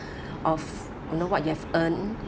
of you know what you have earned